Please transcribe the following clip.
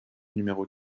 numéro